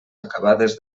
acabades